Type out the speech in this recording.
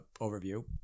overview